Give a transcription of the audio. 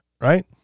right